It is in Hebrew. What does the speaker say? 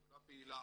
שדולה פעילה,